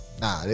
Nah